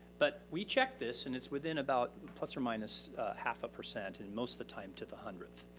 but we checked this and it's within about plus or minus half a percent and most of the time to the hundredth.